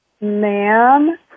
ma'am